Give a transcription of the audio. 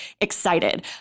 excited